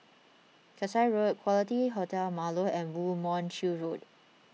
Kasai Road Quality Hotel Marlow and Woo Mon Chew Road